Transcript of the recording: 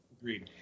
agreed